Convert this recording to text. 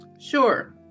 sure